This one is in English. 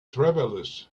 travelers